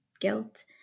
guilt